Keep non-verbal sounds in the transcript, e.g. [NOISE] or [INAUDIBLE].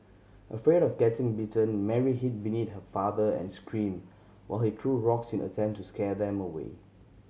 afraid of getting bitten Mary hid [UNINTELLIGIBLE] her father and screamed while he threw rocks in attempt to scare them away